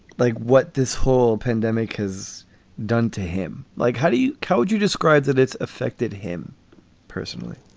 like what this whole pandemic has done to him. like, how do you code? you describe that it's affected him personally